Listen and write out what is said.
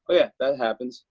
but yeah, that happens.